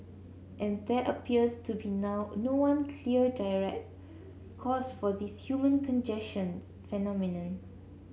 and there appears to be now no one clear direct cause for this human congestions phenomenon